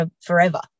forever